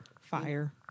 fire